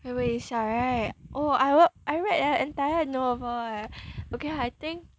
微微一笑 right oh I w~ I read an entire novel eh okay lah I think